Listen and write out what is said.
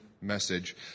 message